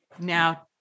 now